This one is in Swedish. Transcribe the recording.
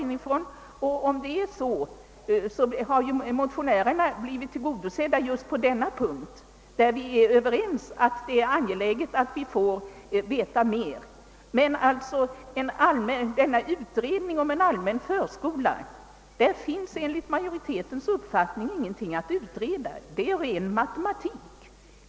Om det förhåller sig på det sättet blir alltså motionens syfte tillgodosett på denna punkt och vi är väl alla överens om att det är angeläget att där få veta mer. Vad däremot beträffar en allmän förskola finns det enligt majoritetens uppfattning inte någonting att utreda. Det är här fråga om ren matematik.